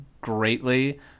greatly